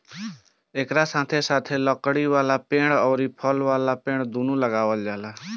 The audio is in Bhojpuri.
एकरा साथे साथे लकड़ी वाला पेड़ अउरी फल वाला पेड़ दूनो लगावल जाला